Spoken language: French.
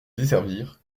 desservir